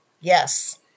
yes